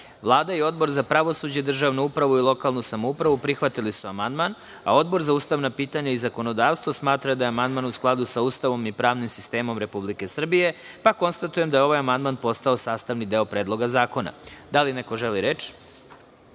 Savić. Vlada i Odbor za pravosuđe, državnu upravu i lokalnu samoupravu prihvatili su amandman, a Odbor za ustavna pitanja i zakonodavstvo smatra da je amandman u skladu sa Ustavom i pravnim sistemom Republike Srbije, pa konstatujem da je ovaj amandman postao sastavni deo Predloga zakona. Da li neko želi reč?